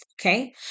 Okay